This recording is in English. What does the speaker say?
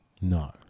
No